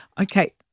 Okay